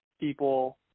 people